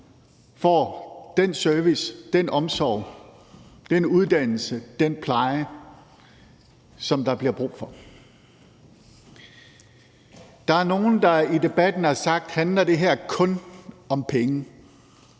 får den service, den omsorg, den uddannelse, den pleje, som der bliver brug for? Der er nogle, der i debatten har spurgt: Handler det her kun om penge?